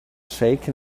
shaken